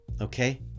okay